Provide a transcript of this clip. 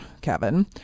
Kevin